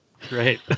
great